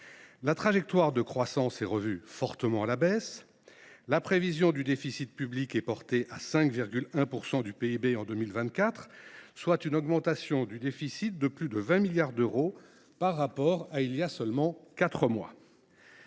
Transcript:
La trajectoire de croissance est revue fortement à la baisse ; la prévision du déficit public est portée à 5,1 % du PIB en 2024, soit une augmentation de plus de 20 milliards d’euros par rapport à celle qui